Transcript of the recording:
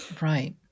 Right